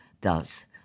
Thus